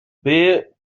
beer